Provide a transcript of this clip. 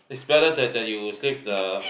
is better that that you sleep the